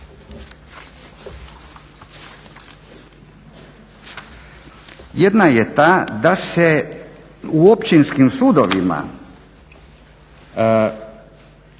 Jedna je ta da se u Općinskim sudovima